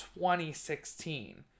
2016